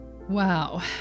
Wow